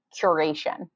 curation